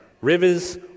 rivers